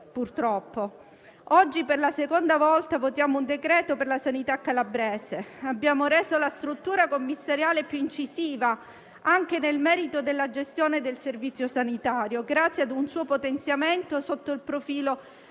purtroppo). Oggi per la seconda volta votiamo un decreto per la sanità calabrese. Abbiamo reso la struttura commissariale più incisiva anche nel merito della gestione del servizio sanitario grazie a un suo potenziamento sotto il profilo